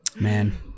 Man